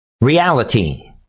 reality